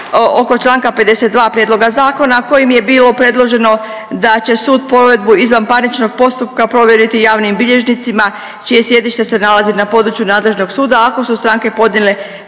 oko Članka 52. prijedloga zakona kojim je bilo predloženo da će sud provedbu izvanparničnog postupka povjeriti javnim bilježnicima čije sjedište se nalazi na području nadležnog suda ako su stranke podnijele